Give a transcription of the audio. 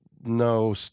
No